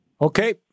Okay